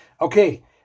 okay